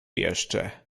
jeszcze